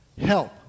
help